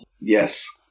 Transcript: Yes